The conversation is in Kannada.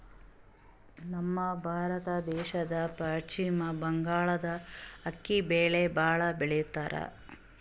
ನಮ್ ಭಾರತ ದೇಶದ್ದ್ ಪಶ್ಚಿಮ್ ಬಂಗಾಳ್ದಾಗ್ ಅಕ್ಕಿ ಬೆಳಿ ಭಾಳ್ ಬೆಳಿತಾರ್